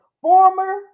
Former